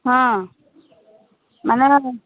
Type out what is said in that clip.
ହଁ ମାନେ